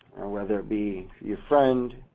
whether it be your friend,